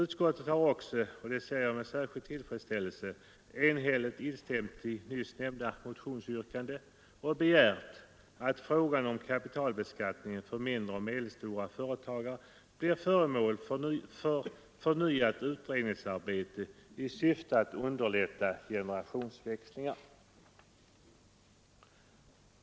Utskottet har också, och det ser jag med särskild tillfredsställelse, enhälligt instämt i nyss nämnda motionsyrkande och begärt att frågan om kapitalbeskattningen för mindre och medelstora företagare blir föremål för förnyat utredningsarbete i syfte att underlätta generationsväxlingar.